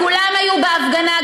כולם היו בהפגנה,